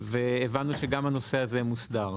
והבנו שגם הנושא הזה מוסדר.